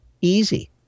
easy